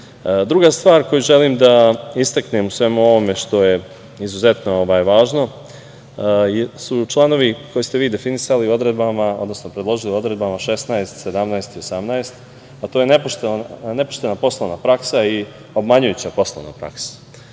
dece. Druga stvar koju želim da istaknem u svemu ovome što je izuzetno važno su članovi koje ste vi definisali odredbama, odnosno predložili odredbama 16, 17. i 18, a to je nepoštena poslovna praksa i obmanjujuća poslovna praksa. Vrlo